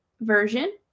version